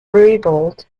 revolt